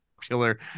popular